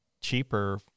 cheaper